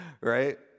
right